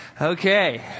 Okay